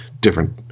different